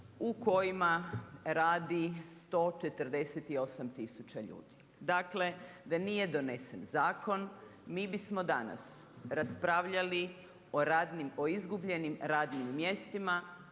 u kojima radi 148 tisuća ljudi. Dakle, da nije donesen zakon, mi bismo danas, raspravljali o izgubljenim radnim mjestima,